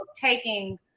taking